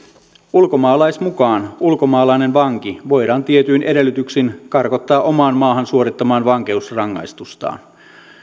ulkomaalaislain mukaan ulkomaalainen vanki voidaan tietyin edellytyksin karkottaa omaan maahan suorittamaan vankeusrangaistustaan